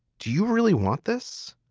do you really want this?